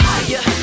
Higher